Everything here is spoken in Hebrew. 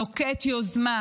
נוקט יוזמה,